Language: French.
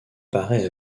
paraît